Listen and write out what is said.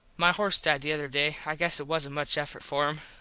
my horse died the other day. i guess it wasnt much effort for him.